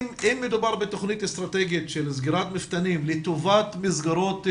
אם מדובר בתכנית אסטרטגית של סגירת מפתנים לטובת מסגרות אחרות,